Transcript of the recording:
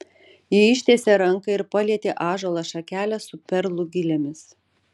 ji ištiesė ranką ir palietė ąžuolo šakelę su perlų gilėmis